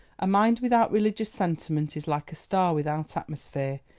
a mind without religious sentiment is like a star without atmosphere,